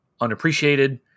unappreciated